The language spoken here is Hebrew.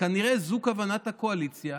וכנראה זו כוונת הקואליציה,